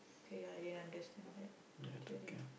okay ya I didn't understand that